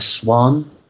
swan